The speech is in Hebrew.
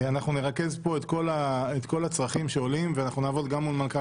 אנחנו נרכז פה את כל הצרכים שעולים ואנחנו נעבוד גם מול מנכ"ל